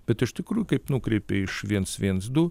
bet iš tikrųjų kaip nukreipia iš viens viens du